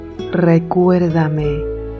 Recuérdame